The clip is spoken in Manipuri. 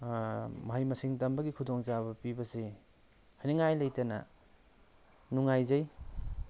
ꯃꯍꯩ ꯃꯁꯤꯡ ꯇꯝꯕꯒꯤ ꯈꯨꯗꯣꯡ ꯆꯥꯕ ꯄꯤꯕ ꯑꯁꯤ ꯍꯥꯏꯅꯤꯡꯉꯥꯏ ꯂꯩꯇꯅ ꯅꯨꯡꯉꯥꯏꯖꯩ